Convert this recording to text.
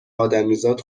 ادمیزاد